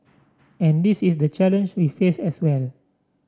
and this is the challenge we face as well